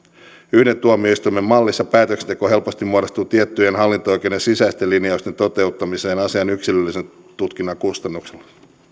yhden tuomioistuimen mallissa päätöksenteko helposti muodostuu tiettyjen hallinto oikeuden sisäisten linjausten toteuttamiseen asian yksilöllisen tutkinnan kustannuksella